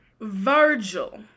Virgil